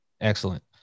Excellent